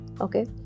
Okay